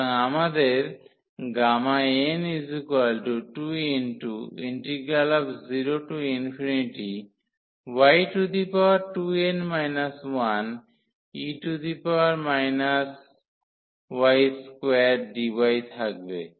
সুতরাং আমাদের Γn20y2n 1e y2dy থাকবে